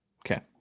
Okay